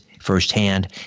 firsthand